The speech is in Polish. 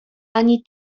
ani